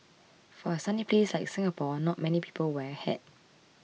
for a sunny place like Singapore not many people wear a hat